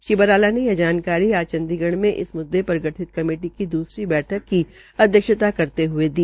श्री बराला ने ये जानकारी आज चंडीगढ़ में इस मुद्दे र गठित कमेटी की दूसरी बैठक की अध्यक्षता करते ह्ये दी